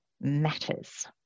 matters